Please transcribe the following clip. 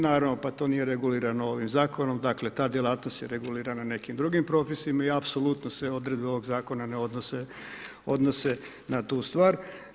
Naravno, pa to nije regulirano ovim zakonom, dakle, ta djelatnost je regulirana nekim drugim propisima i apsolutno se odredbe ovog zakona ne odnose na tu stvar.